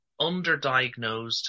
underdiagnosed